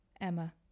Emma